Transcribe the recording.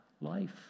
life